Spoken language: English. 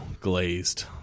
glazed